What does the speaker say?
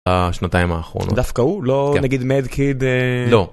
‫השנתיים האחרונות. ‫-דווקא הוא, לא נגיד מד קיד. ‫-לא.